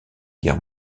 guerre